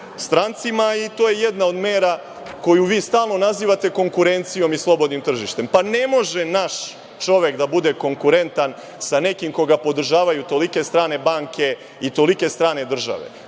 strancima. To je jedna od mera koju vi stalno nazivate konkurencijom i slobodnim tržištem. Pa, ne može naš čovek da bude konkurentan sa nekim koga podržavaju tolike strane banke i tolike strane države.